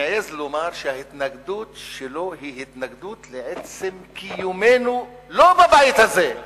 מעז לומר שההתנגדות שלו היא התנגדות לעצם קיומנו לא בבית הזה,